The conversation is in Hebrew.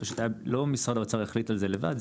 לא משרד האוצר החליט על זה לבד,